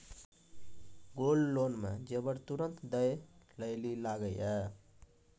Gold loan मे जेबर तुरंत दै लेली लागेया?